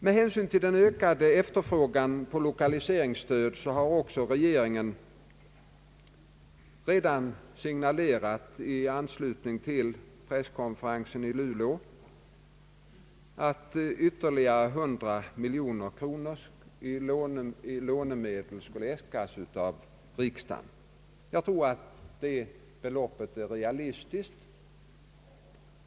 Med hänsyn till den ökade efterfrågan på lokaliseringsstöd har regeringen redan vid presskonferensen i Luleå signalerat att ytterligare 100 miljoner kronor skulle äskas i lånemedel. Jag tror att det beloppet är realistiskt.